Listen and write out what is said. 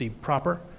proper